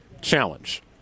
challenge